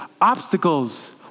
obstacles